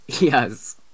Yes